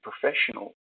professional